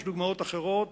יש דוגמאות אחרות